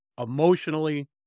emotionally